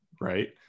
right